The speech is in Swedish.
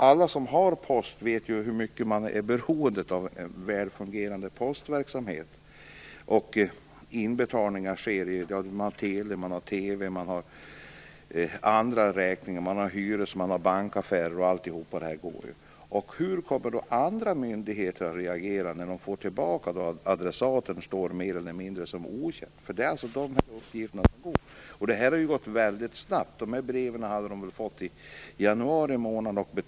Alla som har post vet hur mycket man är beroende av en väl fungerande postverksamhet. Inbetalningar sker. Man har TV-räkning, teleräkning och andra räkningar. Man skall betala hyra och har bankaffärer. Allt detta går via posten. Hur kommer andra myndigheter att reagera när de får tillbaka post där adressaten mer eller mindre står som okänd? Det är dessa uppgifter de går efter. Detta har gått väldigt snabbt. Dessa brev har de berörda fått i januari månad.